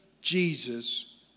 Jesus